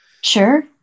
Sure